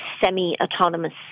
semi-autonomous